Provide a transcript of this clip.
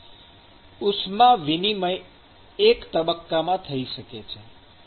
ઉષ્મા વિનિમય એક તબક્કામાં થઈ શકે છે